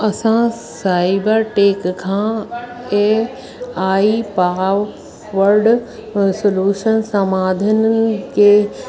असां cyber tech खां A I पाहुवड सलूशन समाधननि खे